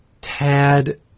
Tad